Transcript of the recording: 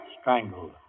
Strangled